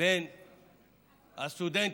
בין הסטודנטים,